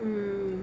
mm